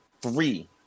three